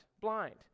blind